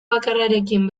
bakarrarekin